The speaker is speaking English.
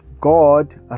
God